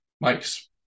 Mike's